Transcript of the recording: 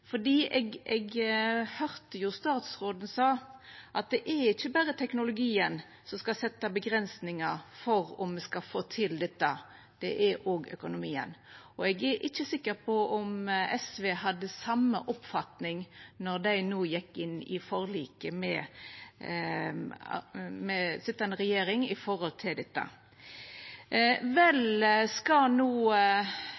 Eg høyrde jo statsråden seia at det ikkje berre er teknologien som skal setja avgrensingar for om me skal få til dette, det er òg økonomien. Eg er ikkje sikker på om SV hadde same oppfatninga då dei gjekk inn i forliket med sitjande regjering når det gjeld dette.